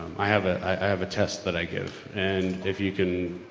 i have a, i have a test that i give and if you can.